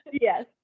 yes